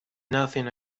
nothing